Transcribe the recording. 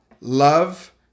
love